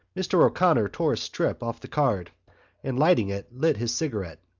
mr. o'connor tore a strip off the card and, lighting it, lit his cigarette.